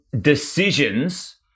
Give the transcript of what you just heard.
decisions